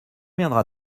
viendra